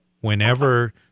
whenever